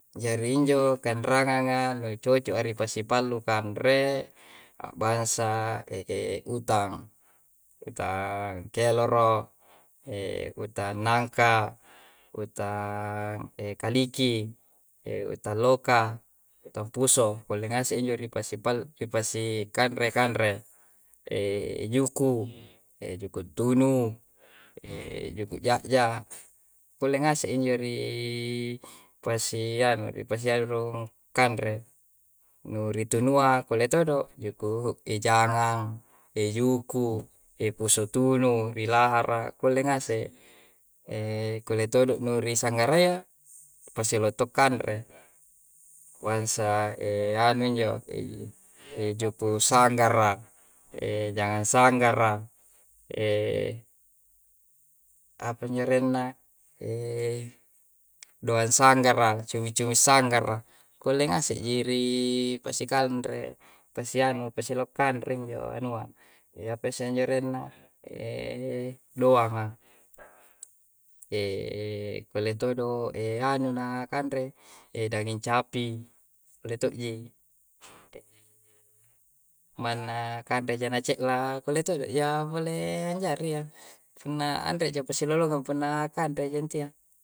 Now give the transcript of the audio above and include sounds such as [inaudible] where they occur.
Jari injo kanreanga nga, nu coco' a nipasipallu kanre, abbansa [hesitation] utang, utang [hesitation] keloro, [hesitation] utang nangka, utang [hesitation] kaliki, utang loka, utang puso. Kulle ngase' injo ripasi pallu, ripasi kanre kanre. [hesitation] juku', e juku tunu, [hesitation] juku' ja'ja. Kulle ngase' injo ri [hesitation] pasianu, pasi anu rung kanre. Nu ri tunua kulle todo', juku [hesitation] jangang, [hesitation] juku [hesitation] puso tunu rilahara. Kulle ngase'. [hesitation] kulle todo' nu risanggarayya, nipasilau' to' kanre. Abbansa [hesitation] anu injo, [hesitation] juku sanggara, [hesitation] jangang sanggara, [hesitation] apanjo arenna? [hesitation] doang sanggara, cumi-cumi sanggara, kulle ngase' ji ri [hesitation] pasikanre, ni pasianu pasilau kanre njo anua, [hesitation] apayyasse injo arenna? [hesitation] doanga. [hesitation] kulle todo' [hesitation] anu na kanre, [hesitation] daging capi, kulle to'ji. [hesitation] manna kanre ja na ce'la, kulle todo' ja pole anjariyya. Punna anre'ja pasi lolongang punna kanre ja intiyya.